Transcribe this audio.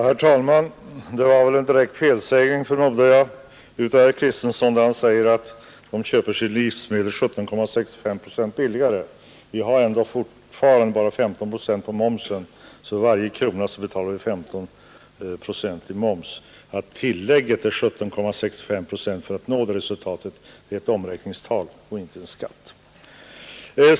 Herr talman! Det var en direkt felsägning, förmodar jag, av herr Kristenson då han sade att fiskarna köper sina livsmedel 17,65 procent billigare än andra. Vi har ändå fortfarande bara 15 procent i moms, så för varje krona betalar vi 15 procent i moms. Tillägget 17,65, som vi har för att nå det resultatet, är ett omräkningstal och inte en skatt.